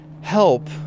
help